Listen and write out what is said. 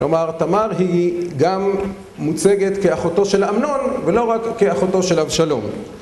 כלומר, תמר היא גם מוצגת כאחותו של אמנון ולא רק כאחותו של אבשלום.